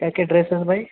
کیا کیا ڈریس ہے بھائی